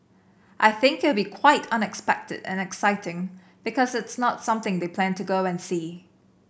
I think it will be quite unexpected and exciting because it's not something they plan to go and see